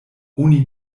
oni